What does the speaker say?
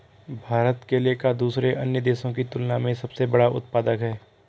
भारत केले का दूसरे अन्य देशों की तुलना में सबसे बड़ा उत्पादक है